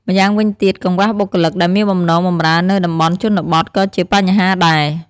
ម្យ៉ាងវិញទៀត កង្វះបុគ្គលិកដែលមានបំណងបម្រើនៅតំបន់ជនបទ ក៏ជាបញ្ហាដែរ។